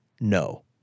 no